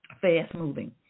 fast-moving